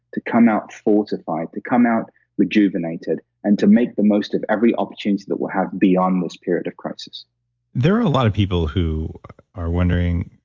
to come out fortified, to come out rejuvenated and to make the most of every opportunity that we'll have beyond this period of crisis there are a lot of people who are wondering,